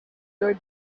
your